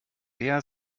der